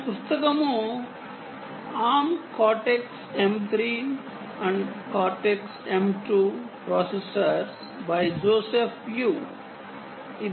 ఈ పుస్తకము "ARM Cortex M 3 and Cortex M 2 ప్రాసెసర్లు జోసెఫ్ యు"